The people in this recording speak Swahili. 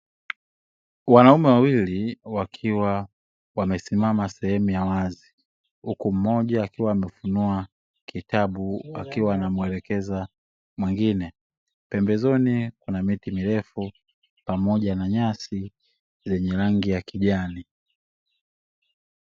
Wanaume wawili wakiwa wamesimama sehemu ya wazi huku mmoja akiwa amefunua kitabu, akiwa anamuelekeza mwingine pembezoni kuna miti mirefu pamoja na nyasi zenye rangi ya kijani.